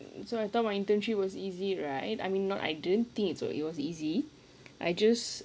so I thought my internship was easy right I mean not I didn't think it wa- it was easy I just